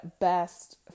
best